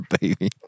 baby